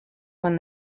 when